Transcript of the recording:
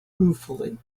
ruefully